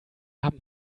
haben